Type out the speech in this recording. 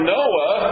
Noah